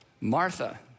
Martha